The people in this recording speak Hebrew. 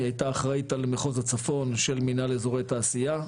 היא הייתה אחראית על מחוז הצפון של מנהל אזורי תעשייה.